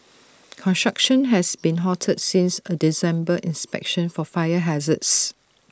construction has been halted since A December inspection for fire hazards